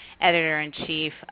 editor-in-chief